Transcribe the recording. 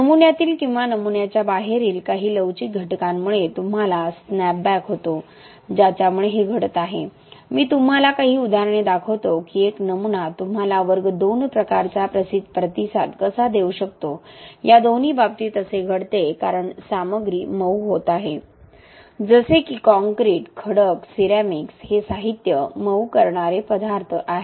नमुन्यातील किंवा नमुन्याच्या बाहेरील काही लवचिक घटकांमुळे तुम्हाला स्नॅपबॅक होतो ज्याच्यामुळे हे घडत आहे मी तुम्हाला काही उदाहरणे दाखवतो की एक नमुना तुम्हाला वर्ग II प्रकारचा प्रतिसाद कसा देऊ शकतो या दोन्ही बाबतीत असे घडते कारण सामग्री मऊ होत आहे जसे की काँक्रीट खडक सिरॅमिक्स हे साहित्य मऊ करणारे पदार्थ आहेत